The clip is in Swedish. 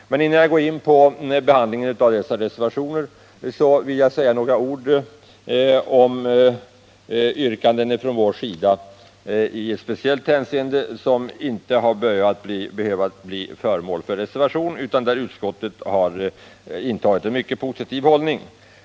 Men innan jag går in på behandlingen av dessa reservationer vill jag säga några ord om yrkanden från vår sida i ett speciellt hänseende, som inte har behövt bli föremål för reservation eftersom utskottet har intagit en mycket positiv hållning.